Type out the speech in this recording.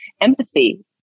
empathy